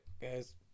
guys